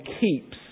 keeps